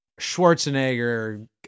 schwarzenegger